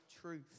truth